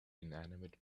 inanimate